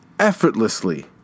effortlessly